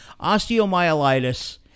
Osteomyelitis